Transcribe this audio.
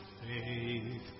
faith